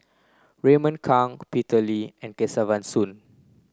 Raymond Kang Peter Lee and Kesavan Soon